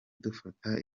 dufata